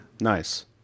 Nice